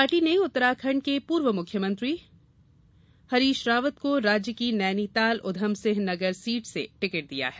party ने उत्तराखंड के पूर्व मुख्यमंत्री हरीश रावत को राज्य की नैनीताल उधमसिंह नगर सीट से टिकट दिया है